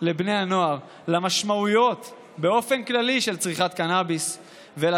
לבני הנוער של המשמעויות של צריכת קנביס באופן כללי,